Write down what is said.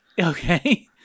Okay